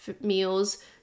meals